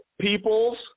Peoples